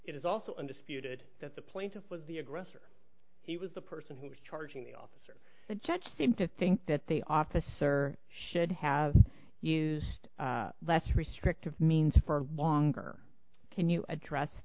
is also undisputed that the plaintiff was the aggressor he was the person who was charging the officer the judge seemed to think that the officer should have is less restrictive means for longer can you address